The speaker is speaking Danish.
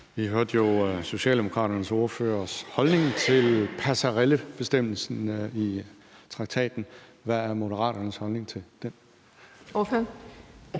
Vi hørte jo Socialdemokraternes ordførers holdning til passarellebestemmelsen i traktaten. Hvad er Moderaternes holdning til den? Kl.